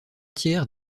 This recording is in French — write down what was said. tiers